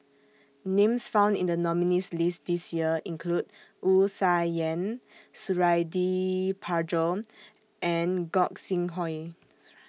Names found in The nominees' list This Year include Wu Tsai Yen Suradi Parjo and Gog Sing Hooi